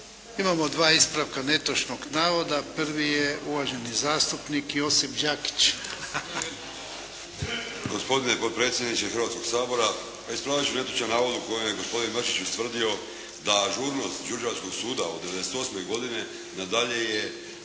Imamo dva ispravka netočnih navoda. Prvi je uvaženi zastupnik Josip Đakić. **Đakić, Josip (HDZ)** Gospodine potpredsjedniče Hrvatskoga sabora ispraviti ću netočan navod u kojem je gospodin Mršić ustvrdio da žurnost đurđevačkog suda od 98. godine do dalje je